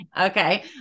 Okay